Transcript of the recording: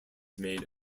made